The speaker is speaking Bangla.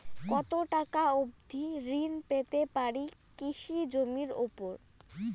কত টাকা অবধি ঋণ পেতে পারি কৃষি জমির উপর?